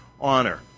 honor